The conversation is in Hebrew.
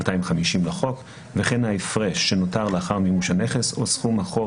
250 לחוק וכן ההפרש שנותר לאחר מימוש הנכס או סכום החוב